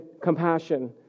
compassion